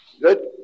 good